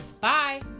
Bye